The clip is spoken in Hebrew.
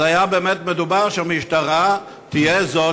אז באמת היה מדובר שהמשטרה תהיה זאת